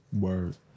Word